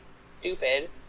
stupid